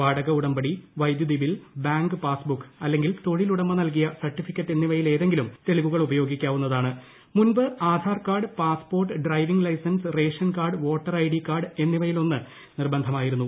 വാടക ഉടമ്പടി ട്ടൈവ്യൂത് ബിൽ ബാങ്ക് പാസ്ബുക്ക് അല്ലെങ്കിൽ തൊഴിലുടമ്പ് നൽകിയ സർട്ടിഫിക്കറ്റ് എന്നിവയിലേതെങ്കിലും മുൻപ് Aadhaar card passport driving licence ration card voter ID card എന്നിവയിലൊന്ന് നിർബന്ധമായിരുന്നു